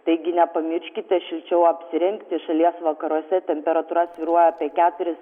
taigi nepamirškite šilčiau apsirengti šalies vakaruose temperatūra svyruoja apie keturis